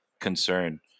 concern